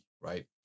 right